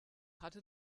hatte